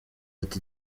ati